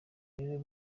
rero